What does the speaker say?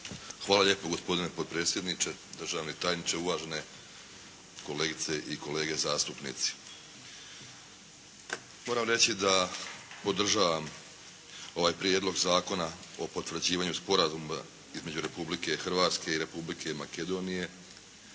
Hvala lijepo gospodine potpredsjedniče, državni tajniče, uvažene kolegice i kolege zastupnici. Moram reći da podržavam ovaj Prijedlog zakona o potvrđivanju Sporazuma između Republike Hrvatske i Republike Makedonije